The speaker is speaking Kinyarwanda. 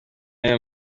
y’aya